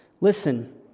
Listen